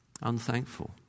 unthankful